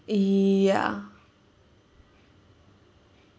ya